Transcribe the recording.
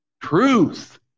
Truth